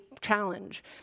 challenge